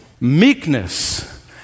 meekness